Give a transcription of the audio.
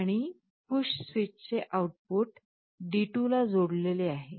आणि push स्विचचे output D2 ला जोडलेले आहे